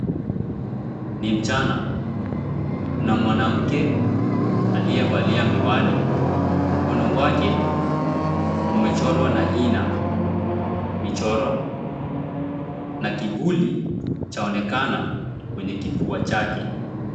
Ni mchana. Kuna mwanamke aliyevalia miwani, mkono wake umechorwa na hina michoro. Na kvuli chaonekana kwenye kifua chake.